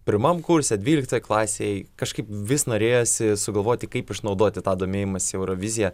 pirmam kurse dvyliktoj klasėj kažkaip vis norėjosi sugalvoti kaip išnaudoti tą domėjimąsi eurovizija